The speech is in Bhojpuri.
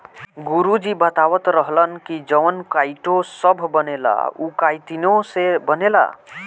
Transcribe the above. गुरु जी बतावत रहलन की जवन काइटो सभ बनेला उ काइतीने से बनेला